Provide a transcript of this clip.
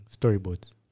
storyboards